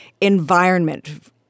environment